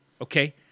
Okay